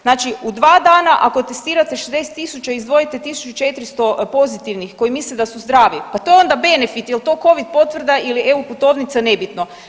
Znači u dva dana ako testirate 60.000 i izdvojite 1400 pozitivnih koji misle da su zdravi, pa to je onda benefit, je li to Covid potvrda ili EU putovnica, nebitno.